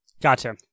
Gotcha